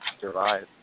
survive